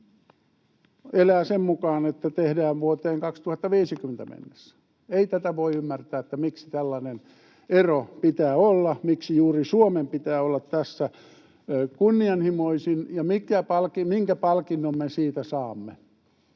elää sen mukaan, että tehdään vuoteen 2050 mennessä. Ei tätä voi ymmärtää, miksi tällainen ero pitää olla — miksi juuri Suomen pitää olla tässä kunnianhimoisin, ja minkä palkinnon siitä saamme.